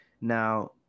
Now